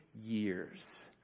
years